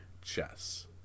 chess